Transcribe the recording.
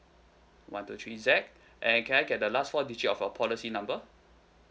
one two three Z and can I get the last four digit of your policy number